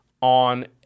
on